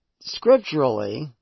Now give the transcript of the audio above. scripturally